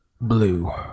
Blue